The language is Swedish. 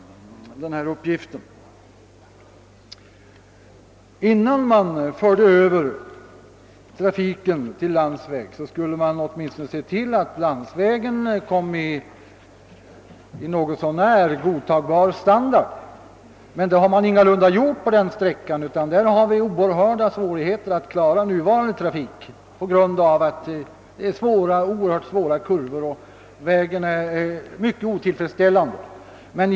Innan man för över trafiken till landsväg borde man åtminstone se till att landsvägen har en något så när godtagbar standard, men det har man ingalunda gjort på denna sträcka. Man har där svårigheter att klara nuvarande trafik, eftersom vägen har svåra kurvor och är i otillfredsställande skick.